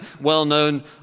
well-known